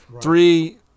Three